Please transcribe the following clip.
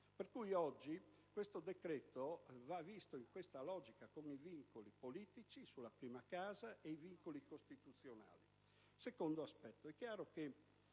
pertanto, questo decreto va visto in questa logica, con i vincoli politici sulla prima casa e i vincoli costituzionali. In secondo luogo,